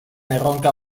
erronka